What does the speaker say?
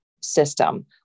system